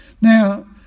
Now